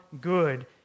good